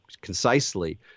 concisely